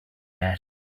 that